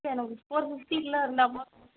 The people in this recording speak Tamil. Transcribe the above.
எனக்கு ஃபோர் ஃபிஃப்ட்டிக்குள்ளே இருந்தால்